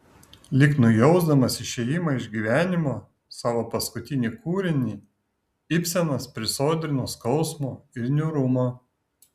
lyg nujausdamas išėjimą iš gyvenimo savo paskutinį kūrinį ibsenas prisodrina skausmo ir niūrumo